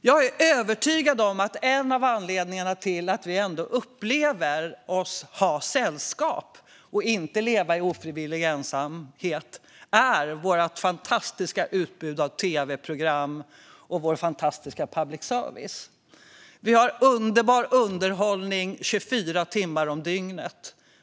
Jag är övertygad om att en av anledningarna till att vi ändå upplever oss ha sällskap och inte leva i ofrivillig ensamhet är vårt fantastiska utbud av tv-program och vår fantastiska public service. Vi har underbar underhållning 24 timmar om dygnet.